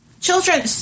Children